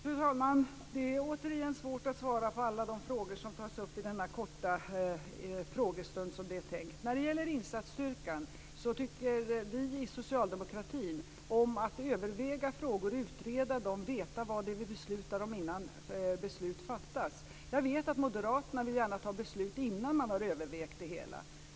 Fru talman! Det är återigen svårt att svara på alla de frågor som tas upp i denna frågestund, där det är tänkt att frågorna skall vara korta. Vi inom socialdemokratin tycker om att överväga och utreda frågor, veta vad det är vi beslutar, innan beslut fattas. Jag vet att moderaterna gärna vill fatta beslut innan man har övervägt det hela.